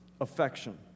Affection